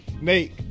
Nate